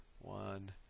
One